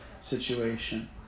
situation